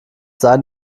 sein